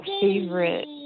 favorite